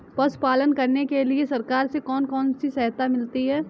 पशु पालन करने के लिए सरकार से कौन कौन सी सहायता मिलती है